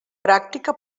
pràctica